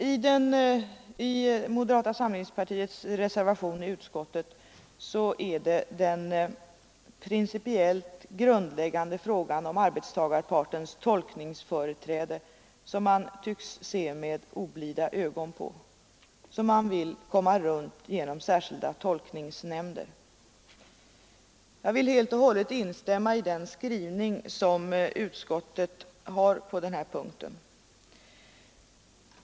I moderatreservationen vid inrikesutskottets betänkande nr 15 är det den principiellt grundläggande frågan om arbetstagarpartens tolkningsföreträde som man tycks se med oblida ögon och som man vill komma runt genom särskilda tolkningsnämnder. Jag vill helt och hållet instämma i den skrivning som utskottet har på den här punkten.